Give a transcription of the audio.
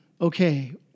okay